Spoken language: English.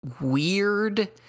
weird